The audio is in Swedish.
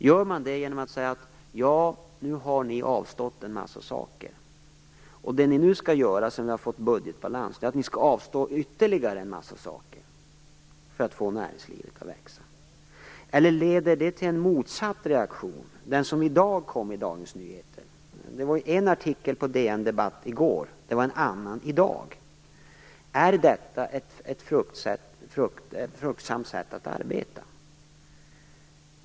Gör man det genom att säga: Nu har ni avstått en massa saker, och nu sedan vi har fått budgetbalans skall ni avstå ytterligare en massa saker för att få näringslivet att växa. Eller leder detta till en motsatt reaktion - den som kom i dag i Dagens Nyheter? I går fanns en artikel på DN Debatt och en annan i dag. Är detta ett fruktsamt sätt att arbeta?